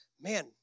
man